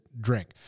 drink